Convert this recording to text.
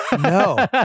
No